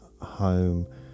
Home